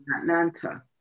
Atlanta